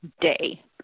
day